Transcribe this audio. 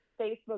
Facebook